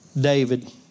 David